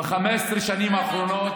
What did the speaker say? ב-15 השנים האחרונות.